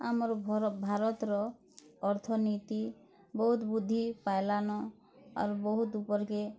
ଆମର ଘର ଭାରତର ଅର୍ଥନୀତି ବହୁତ୍ ବୃଦ୍ଧି ପାଇଲାନ ଆର୍ ବହୁତ ଉପର୍ କେ